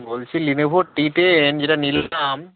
বলছি Lenovo T ten যেটা নিলাম